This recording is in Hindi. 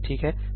ठीक है